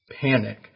panic